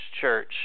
church